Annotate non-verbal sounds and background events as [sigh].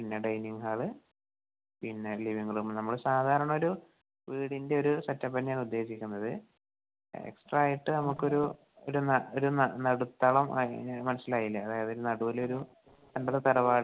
പിന്നെ dining hall പിന്നെ അല്ലേ നിങ്ങള് നമ്മള് സാധാരണ ഒരു വീടിൻ്റെ ഒരു സെറ്റപ്പ് തന്നെയാണ് ഉദ്ദേശിക്കുന്നത് എക്സ്ട്രാ ആയിട്ട് നമ്മുക്കൊരു ഒരു ന ഒരു ന നടുത്തളം അങ്ങനെ മനസ്സിലായില്ലെ അതായത് നടൂവില് ഒരു [unintelligible] തറവാട്